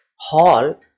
hall